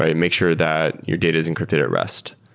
ah make sure that your data is encrypted at rest.